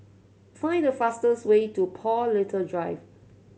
find the fastest way to Paul Little Drive